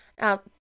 Now